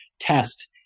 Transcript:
test